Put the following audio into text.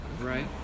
right